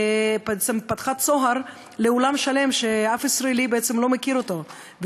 ובעצם פתחה צוהר לעולם שלם שאף ישראלי לא מכיר אותו,